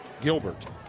Gilbert